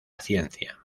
ciencia